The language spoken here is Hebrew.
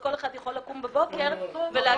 וכל אחד יכול לקום בבוקר ולהגיד